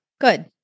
Good